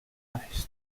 maestro